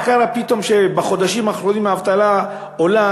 מה קרה פתאום שבחודשים האחרונים האבטלה עולה?